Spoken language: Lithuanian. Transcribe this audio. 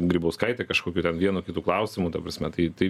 grybauskaitė kažkokiu ten vienu kitu klausimu ta prasme tai tai